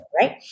right